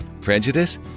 Prejudice